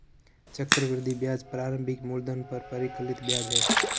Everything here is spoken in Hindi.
चक्रवृद्धि ब्याज प्रारंभिक मूलधन पर परिकलित ब्याज है